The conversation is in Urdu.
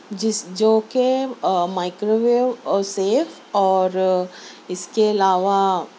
جس جو کہ مائیکرو ویو او سیف اور اس کے علاوہ